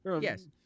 Yes